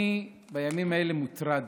אני בימים האלה מוטרד.